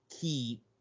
key